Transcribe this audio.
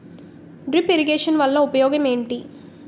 drip irrigation వలన ఉపయోగం ఏంటి